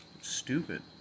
stupid